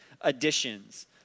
additions